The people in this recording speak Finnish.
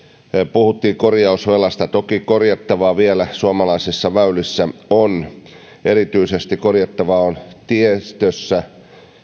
puhuttiin korjausvelasta toki korjattavaa vielä suomalaisissa väylissä on erityisesti korjattavaa on tiestössä